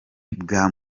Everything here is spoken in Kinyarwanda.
bwa